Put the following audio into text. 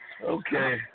Okay